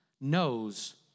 knows